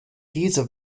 diese